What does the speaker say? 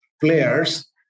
players